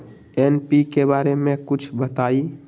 NPK बारे म कुछ बताई?